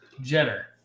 Jenner